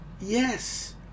Yes